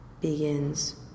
begins